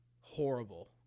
horrible